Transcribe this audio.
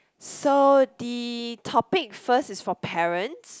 so the topic first is for parents